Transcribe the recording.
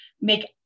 make